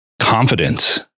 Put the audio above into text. confidence